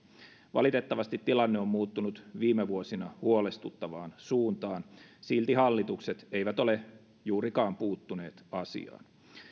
valitettavasti tilanne on muuttunut viime vuosina huolestuttavaan suuntaan silti hallitukset eivät ole juurikaan puuttuneet asiaan